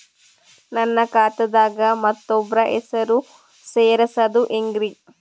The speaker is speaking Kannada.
ನನ್ನ ಖಾತಾ ದಾಗ ಮತ್ತೋಬ್ರ ಹೆಸರು ಸೆರಸದು ಹೆಂಗ್ರಿ?